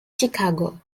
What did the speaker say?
chicago